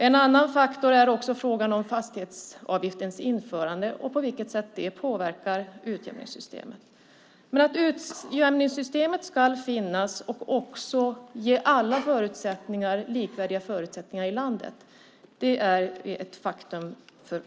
En annan faktor är frågan om fastighetsavgiftens införande och på vilket sätt det påverkar utjämningssystemet. Men att utjämningssystemet ska finnas och ge alla likvärdiga förutsättningar i landet är ett faktum.